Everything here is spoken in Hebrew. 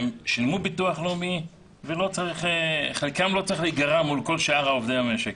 הם שילמו ביטוח לאומי וחלקם לא צריך להיגרע מול כל שאר עובדי המשק.